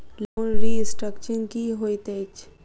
Loan restructuring की होइत अछि?